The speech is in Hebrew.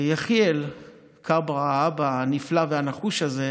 יחיאל כברה, האבא הנפלא והנחוש הזה,